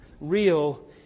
Real